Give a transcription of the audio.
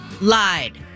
Lied